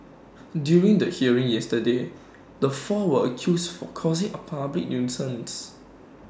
during the hearing yesterday the four were accused for causing A public nuisance